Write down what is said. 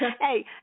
Hey